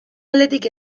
aldetik